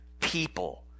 people